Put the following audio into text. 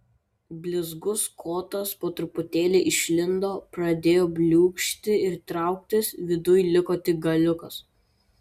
blizgus kotas po truputėlį išlindo pradėjo bliūkšti ir trauktis viduj liko tik galiukas